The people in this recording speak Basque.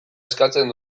eskatzen